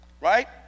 right